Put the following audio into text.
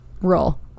roll